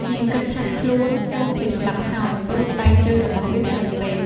វាគិតថាខ្លួនមុខជាស្លាប់ហើយ ព្រោះដៃជើងរបស់វាខ្លីពេក។